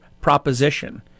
proposition